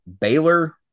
Baylor